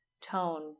tone